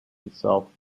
itself